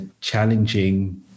challenging